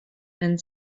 and